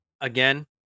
Again